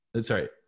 sorry